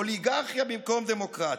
אוליגרכיה במקום דמוקרטיה.